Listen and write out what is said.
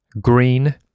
green